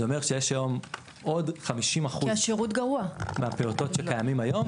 זה אומר שיש היום עוד 50% מהפעוטות שקיימים היום.